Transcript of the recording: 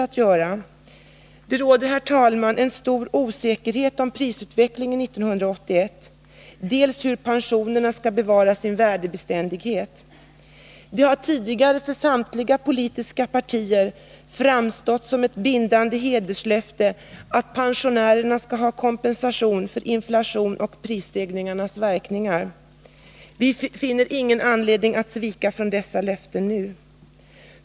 17 Det råder, herr talman, en stor osäkerhet om dels hur prisutvecklingen blir 1981, dels hur pensionen skall bevara sin värdebeständighet. Det har tidigare för samtliga politiska partier framstått som ett bindande hederslöfte att pensionärerna skall ha kompensation för inflationen och prisstegringarnas verkningar. Vi socialdemokrater finner ingen anledning att svika dessa löften nu.